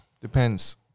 Depends